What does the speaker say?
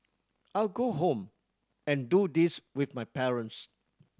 I'll go home and do this with my parents